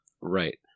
right